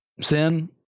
sin